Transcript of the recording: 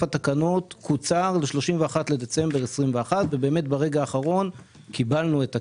התקנות קוצר ל-31 בדצמבר 2021 ובאמת ברגע האחרון קיבלנו את הכסף.